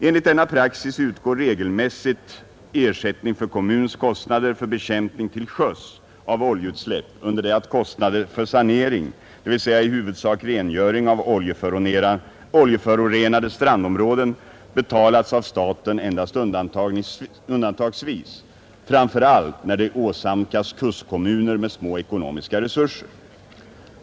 Enligt denna praxis utgår regelmässigt ersättning för kommuns kostnader för bekämpning till sjöss av oljeutsläpp, under det att kostnader för sanering, dvs. i huvudsak rengöring av oljeförorenade strandområden, betalats av staten endast undantagsvis, framför allt när de åsamkats kustkommuner med små ekonomiska resurser.